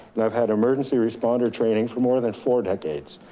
and i've had emergency responder training for more than four decades.